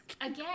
Again